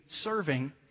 serving